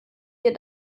wir